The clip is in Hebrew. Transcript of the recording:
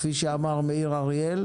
כפי שאמר מאיר אריאל,